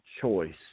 choice